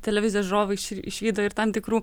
televizijos žiūrovai išvydo ir tam tikrų